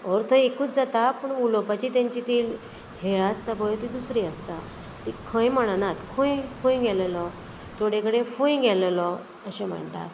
अर्थ एकूच जाता पूण उलोवपाची तेंची ती हेळ आसता पय ती दुसरी आसता ती खंय म्हणनात खूंय खूंय गेलेलो थोडे कडेन फूंय गेलेलो अशें म्हणटात